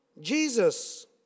Jesus